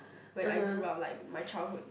when I grew up like my childhood